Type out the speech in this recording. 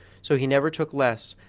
so he never took less,